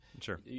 Sure